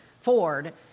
Ford